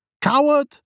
Coward